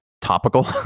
topical